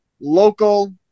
local